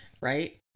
right